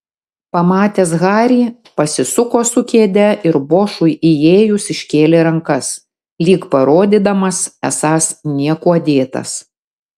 pamatęs harį pasisuko su kėde ir bošui įėjus iškėlė rankas lyg parodydamas esąs niekuo dėtas